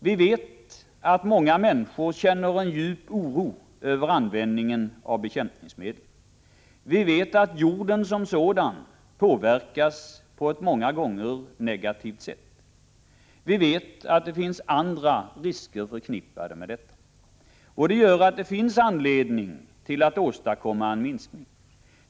Vi vet att många människor känner en djup oro över användningen av bekämningsmedlen. Vi vet att jorden som sådan många gånger påverkas på ett negativt sätt. Vi vet att det också finns andra risker förknippade med användningen av bekämpningsmedel. Därför finns det skäl att åstadkomma en minskning.